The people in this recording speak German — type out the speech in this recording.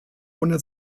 ohne